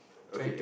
okay